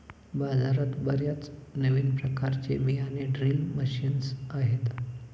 बाजारात बर्याच नवीन प्रकारचे बियाणे ड्रिल मशीन्स आहेत